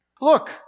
Look